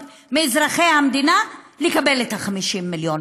מאזרחי המדינה, לקבל את ה-50 מיליון.